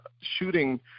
shooting